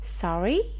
Sorry